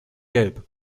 gelb